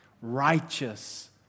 righteous